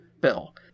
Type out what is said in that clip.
bill